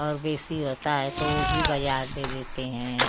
और बेसी होता है तो वो भी बाज़ार दे देते हैं